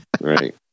Right